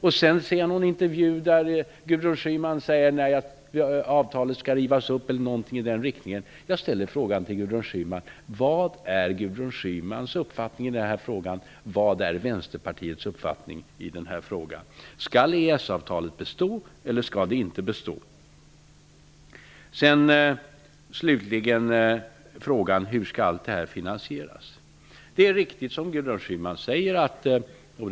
Men sedan har Gudrun Schyman i en intervju sagt att avtalet skall rivas upp -- i varje fall sade hon någonting i den riktningen. Jag ställer då frågan: Vad är Gudrun Schymans uppfattning, och vad är Vänsterpartiets uppfattning i den här frågan? Jag undrar alltså: Skall EES-avtalet bestå, eller skall det inte bestå? Sedan till frågan om hur allt det här skall finansieras. Vad Gudrun Schyman säger är riktigt.